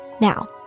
Now